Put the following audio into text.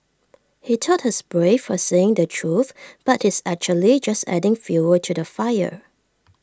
he thought he's brave for saying the truth but he's actually just adding fuel to the fire